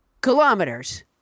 Kilometers